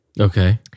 Okay